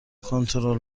کنترل